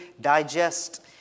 digest